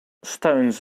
stones